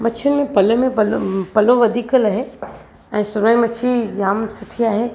मच्छियुनि में पले में पलो वधीक लहे ऐं सुरण मच्छी जामु सुठी आहे